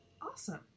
Awesome